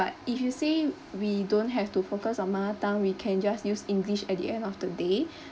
but if you say we don't have to focus on mother tongue we can just use english at the end of the day